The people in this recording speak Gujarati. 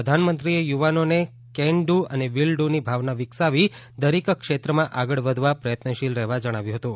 પ્રધાનમંત્રીએ યુવાનોને કેન ડુ અને વીલ ડુ ની ભાવના વિકસાવી દરેક ક્ષેત્રમાં આગળ વધવા પ્રયત્નશીલ રહેવા જણાવ્યું હતું